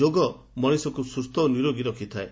ଯୋଗ ମଣିଷକୁ ସ୍ବସ୍ସ ଓ ନିରୋଗୀ ରଖିଥାଏ